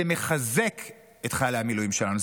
זה מחזק את חיילי המילואים שלנו,